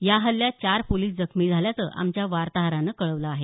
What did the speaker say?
या हल्ल्यात चार पोलीस जखमी झाल्याचं आमच्या वार्ताहरानं कळवलं आहे